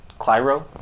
Clyro